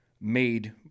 made